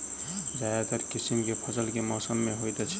ज्यादातर किसिम केँ फसल केँ मौसम मे होइत अछि?